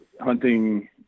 hunting